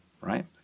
right